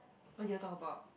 what do you talk about